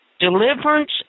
Deliverance